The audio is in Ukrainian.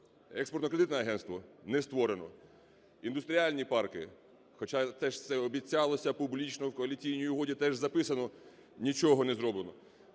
Експортно-кредитне агентство не створено, індустріальні парки, хоча, теж це обіцялося публічно, в Коаліційній угоді теж записано, – нічого не зроблено.